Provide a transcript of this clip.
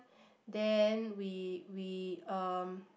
then we we um